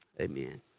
amen